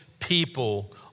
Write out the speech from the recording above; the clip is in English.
people